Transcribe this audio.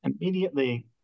immediately